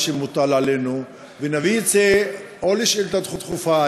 שמוטל עלינו ונביא את זה בשאילתה דחופה,